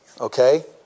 okay